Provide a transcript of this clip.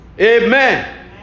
Amen